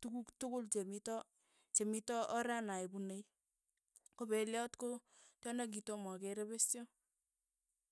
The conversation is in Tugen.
tukuk tukul chemito chemito oranae punei, ko peilot ko tyondo nekitoma akere pesio.